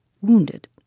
wounded